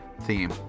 theme